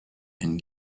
and